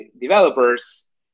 developers